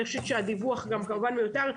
אני חושבת שהדיווח כמובן מיותר.